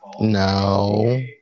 No